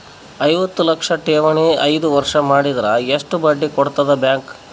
ಐವತ್ತು ಲಕ್ಷ ಠೇವಣಿ ಐದು ವರ್ಷ ಮಾಡಿದರ ಎಷ್ಟ ಬಡ್ಡಿ ಕೊಡತದ ಬ್ಯಾಂಕ್?